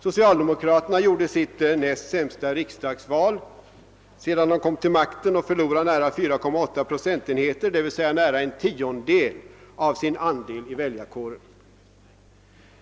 Socialdemokraterna gjorde sitt näst sämsta riksdagsval sedan de kom till makten och förlorade nära 4,8 procentenheter, dvs. nära en tiondel av sin andel i väljarkåren.